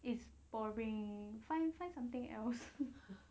it's boring find find something else